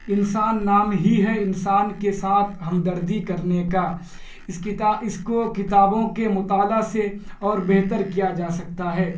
انسان نام ہی ہے انسان کے ساتھ ہمدردی کرنے کا اس اس کو کتابوں کے مطالعہ سے اور بہتر کیا جا سکتا ہے